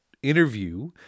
interview